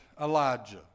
Elijah